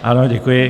Ano, děkuji.